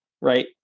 right